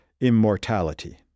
immortality